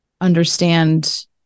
understand